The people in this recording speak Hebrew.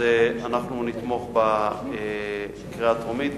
אנחנו נתמוך בקריאה הטרומית.